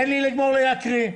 תן לגמור לקרוא.